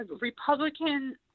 Republican